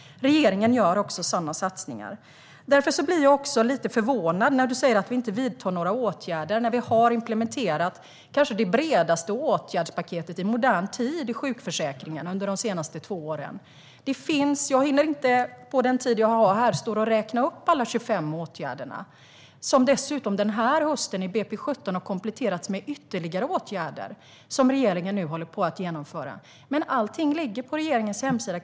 Regeringen gör också sådana satsningar. Jag blir lite förvånad när du säger att vi inte vidtar några åtgärder när vi under de senaste två åren har implementerat det kanske bredaste åtgärdspaketet i modern tid i sjukförsäkringen. Jag hinner inte på den tid jag har här stå och räkna upp alla 25 åtgärder - detta har dessutom under hösten, i budgetpropositionen för 2017, kompletterats med ytterligare åtgärder - som regeringen nu håller på att genomföra. Men allting ligger på regeringens hemsida.